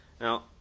Now